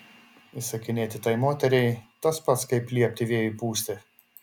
įsakinėti tai moteriai tas pats kaip liepti vėjui pūsti